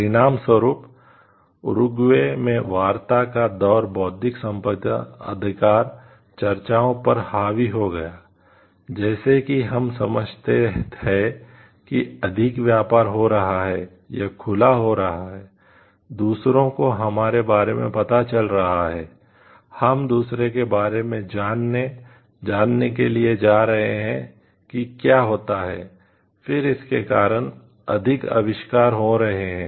परिणामस्वरूप उरुग्वे में आ रहे हैं